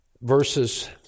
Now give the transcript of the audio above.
verses